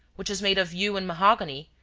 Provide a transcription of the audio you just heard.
which is made of yew and mahogany,